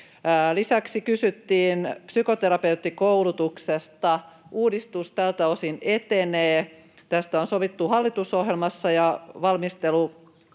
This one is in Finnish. Lisäksi kysyttiin psykoterapeuttikoulutuksesta. Uudistus tältä osin etenee. Tästä on sovittu hallitusohjelmassa, ja valmistelu